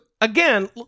again